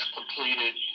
completed